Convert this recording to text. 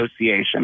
Association